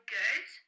good